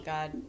God